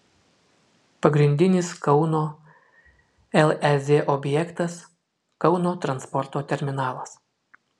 pagrindinis kauno lez objektas kauno transporto terminalas